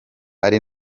ari